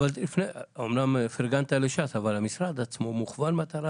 אמנם פרגנת לש"ס אבל המשרד עצמו מוכוון מטרה,